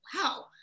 Wow